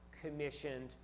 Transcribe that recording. commissioned